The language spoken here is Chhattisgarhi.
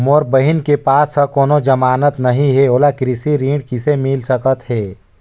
मोर बहिन के पास ह कोनो जमानत नहीं हे, ओला कृषि ऋण किसे मिल सकत हे?